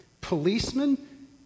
Policemen